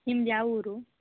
ನಿಮ್ದು ಯಾವ ಊರು